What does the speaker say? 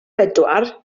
bedwar